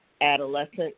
adolescent